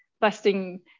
busting